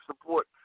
support